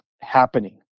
happening